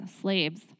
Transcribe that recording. slaves